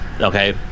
okay